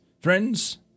friends